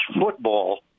football